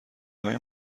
های